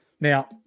Now